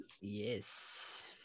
Yes